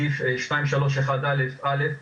סעיף 2.3.1.אא,